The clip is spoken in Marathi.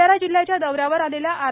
भंडारा जिल्हयाच्या दौऱ्यावर आलेल्या आर